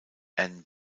anne